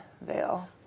veil